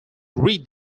read